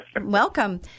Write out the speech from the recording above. welcome